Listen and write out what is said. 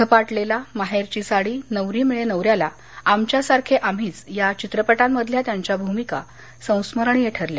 झपाटलेला माहेरची साडी नवरी मिळे नवऱ्याला आमच्या सारखे आम्हीच या चित्रपटांमधल्या त्यांच्या भूमिका संस्मरणीय ठरल्या